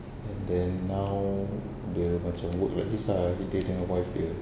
and then now dia macam work like this lah dia dengan wife dia